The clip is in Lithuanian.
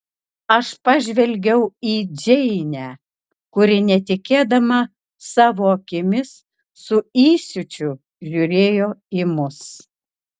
aš pažvelgiau į džeinę kuri netikėdama savo akimis su įsiūčiu žiūrėjo į mus